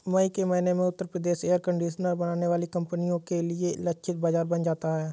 मई के महीने में उत्तर प्रदेश एयर कंडीशनर बनाने वाली कंपनियों के लिए लक्षित बाजार बन जाता है